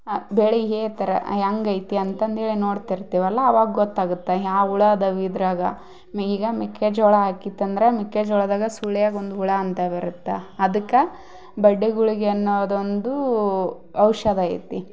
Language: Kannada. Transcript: ಅ ಬೆಳೆಗೆ ಥರ ಹೆಂಗೈತಿ ಅಂತಂದೇಳಿ ನೋಡ್ತಿರ್ತೀವಲ್ಲ ಅವಾಗ ಗೊತ್ತಾಗುತ್ತೆ ಯಾವ ಹುಳ ಅದಾವು ಇದ್ರಾಗೆ ಮೆ ಈಗ ಮೆಕ್ಕೆಜೋಳ ಆಕಿತಂದರ ಮೆಕ್ಕೆಜೋಳದಾಗ ಸುಳ್ಯಾಗ ಒಂದು ಹುಳ ಅಂತ ಬರುತ್ತ ಅದುಕ್ಕ ಬಡ್ಡೆ ಗುಳಿಗೆ ಅನ್ನೋದೊಂದು ಔಷಧ ಐತಿ